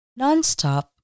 Nonstop